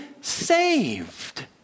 saved